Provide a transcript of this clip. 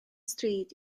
stryd